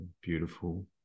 beautiful